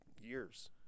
years